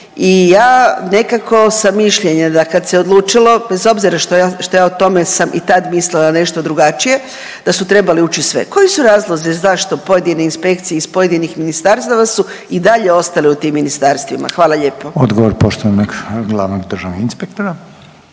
i ja nekako sam mišljenja da kad se odlučilo bez obzira što ja, što ja o tome sam i tad mislila nešto drugačije da su trebale ući sve. Koji su razlozi zašto pojedine inspekcije iz pojedinih ministarstava su i dalje ostale u tim ministarstvima? Hvala lijepo. **Reiner, Željko (HDZ)** Odgovor poštovanog glavnog državnog inspektora.